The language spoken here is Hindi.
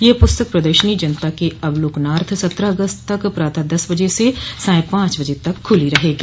यह पुस्तक प्रदर्शनी जनता के अवलोकनार्थ सत्रह अगस्त तक प्रातः दस बजे से सांय पांच बजे तक खुली रहेगी